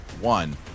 one